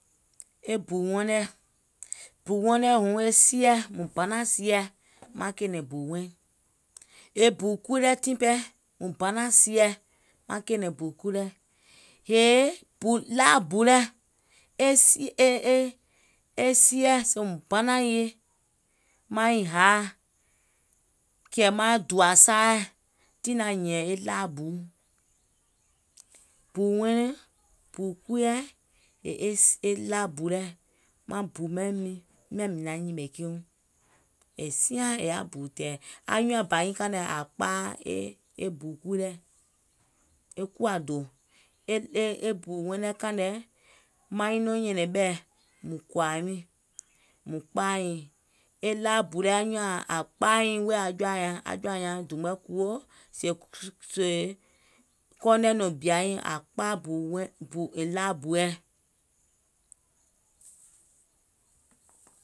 O bù wɛiŋ nɛ̀, bù wɛiŋ nɛ̀ huŋ, e sieɛ̀, mùŋ banàŋ sieɛ̀ maŋ kɛ̀ɛ̀nɛ̀ŋ bù wɛiŋ. E bù kui lɛ̀ tiŋ pɛɛ, mùŋ banàŋ sieɛ̀ maŋ kɛ̀ɛ̀nɛ̀ŋ bù kui lɛ̀. yèè laabu lɛ̀, e sieɛ̀ sèèùm banàŋ sieɛ̀, kɛ̀ màiŋ haà, kɛ̀ màŋ dùà saaà, tiŋ naŋ hìɛ̀ŋ e laabu. Bù wɛiŋ, bù kui lɛ̀, e laabu lɛ̀, maŋ bù maŋ miiŋ miàŋ mìŋ naŋ nyìmè kiiuŋ. È siaŋ è yaà bù tɛ̀ɛ̀, anyùùŋ nyaŋ bà nyiŋ kààìŋ nɛ àŋ kpaaì e bù kui lɛ̀, e kuwà dò, e bù wɛiŋ nɛ̀ kààìŋ nɛ pɛɛ maiŋ nɔŋ nyɛ̀nɛ̀ŋ ɓɛ̀, kòà niŋ, mùŋ kpaaìŋ, e laa bu lɛ̀ àŋ kpaaàiŋ wèè aŋ jɔ̀à nyaŋ, sèè kɔɔuŋ nɛ̀ nɔ̀ŋ bìa niŋ àŋ kpaaìŋ.